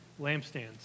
lampstands